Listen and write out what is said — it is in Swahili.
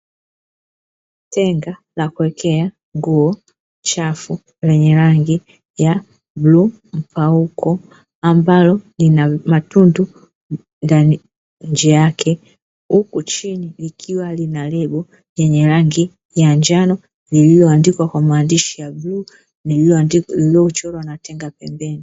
Tenga la kuwekea nguo chafu, lenye rangi ya bluu mpauko, ambalo lina matundu ndani nje yake. Huku chini likiwa na lebo yenye rangi ya njano, lililoandikwa kwa maandishi ya bluu, lililochorwa na tenga pembeni.